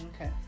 Okay